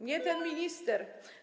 Nie ten minister.